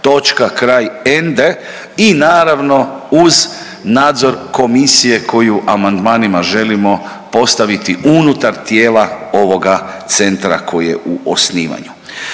kraj, ende i naravno uz nadzor komisije koju amandmanima želimo postaviti unutar tijela ovoga centra koji je u osnivanju.